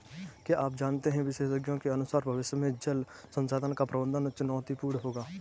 क्या आप जानते है विशेषज्ञों के अनुसार भविष्य में जल संसाधन का प्रबंधन चुनौतीपूर्ण होगा